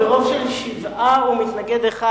ברוב של שבעה ומתנגד אחד,